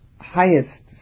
highest